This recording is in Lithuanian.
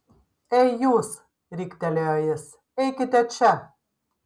ei jūs riktelėjo jis eikite čia